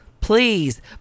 please